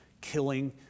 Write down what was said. killing